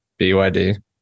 byd